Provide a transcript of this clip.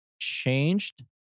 changed